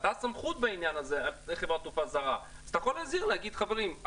אתה הסמכות בעניין של חברת תעופה זרה אז אתה יכול להגיד: חברים,